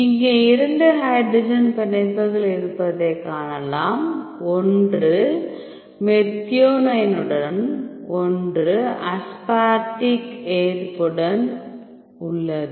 இங்கே இரண்டு ஹைட்ரஜன் பிணைப்புகள் இருப்பதைக் காணலாம் ஒன்று மெத்தியோனைனுடன் ஒன்று அஸ்பார்டிக் ஏற்புடன் உள்ளது